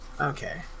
Okay